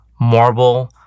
marble